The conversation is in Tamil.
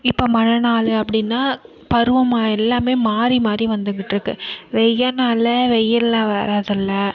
இப்போ மழை நாள் அப்படின்னா பருவமா எல்லாமே மாறி மாறி வந்துக்கிட்டிருக்கு வெய்ய நாளில் வெயில் வர்றதில்லை